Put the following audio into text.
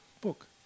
book